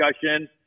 discussion